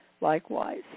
likewise